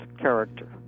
character